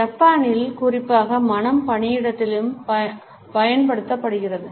ஜப்பானில் குறிப்பாக மணம் பணியிடத்திலும் பயன்படுத்தப்படுகிறது